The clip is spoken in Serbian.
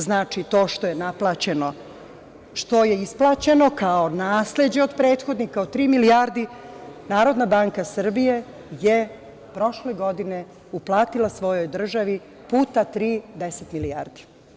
Znači, to što je naplaćeno, što je isplaćeno kao nasleđe od prethodnika, od tri milijardi, NBS je prošle godine uplatila svojoj državi put tri, 10 milijardi.